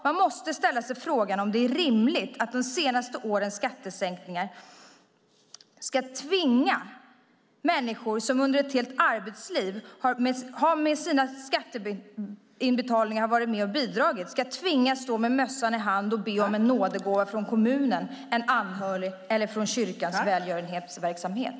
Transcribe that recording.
Man måste ställa sig frågan om det är rimligt att de senaste årens skattesänkningar tvingar människor som under ett helt arbetsliv varit med och bidragit med sina skattebetalningar att stå med mössan i hand och be om en nådegåva från kommunen, från en anhörig eller från kyrkans välgörenhetsverksamhet.